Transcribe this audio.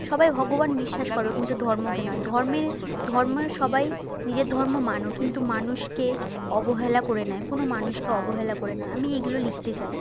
সবাই ভগবান বিশ্বাস করো কিন্তু ধর্মকে নয় ধর্মে ধর্মে সবাই নিজের ধর্ম মানো কিন্তু মানুষকে অবহেলা করে নয় কোনো মানুষকে অবহেলা করে না আমি এইগুলো লিখতে চাই